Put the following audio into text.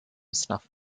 snuff